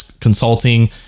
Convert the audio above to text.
consulting